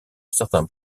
certains